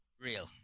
Real